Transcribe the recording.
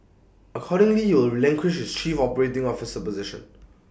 accordingly he will relinquish his chief operating officer position